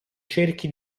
cerchi